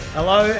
Hello